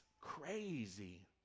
crazy